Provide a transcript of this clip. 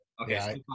Okay